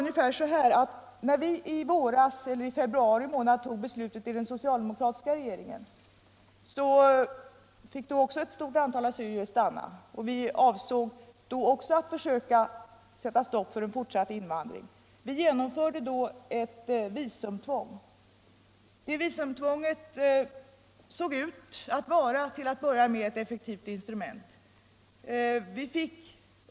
När den socialdemokratiska regeringen i februari månad beslutade i invandrarfrågan fick också ett stort antal assyrier stanna. Vi avsåg också att försöka sätta stopp för en fortsatt invandring och genomförde då ett visumtvång, som till en början såg ut att vara ett effektivt intstrument.